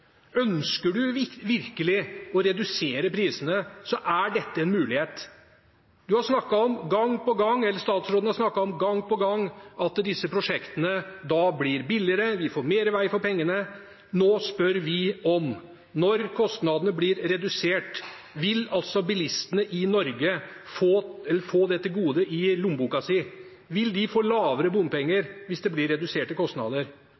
Ønsker du virkelig å redusere prisene, så er dette en mulighet. Statsråden har gang på gang snakket om at disse prosjektene da blir billigere, vi får mer vei for pengene. Nå spør vi: Når kostnadene blir redusert, vil altså bilistene i Norge få dette til gode i lommeboka si. Vil de får lavere bompenger hvis det blir reduserte kostnader,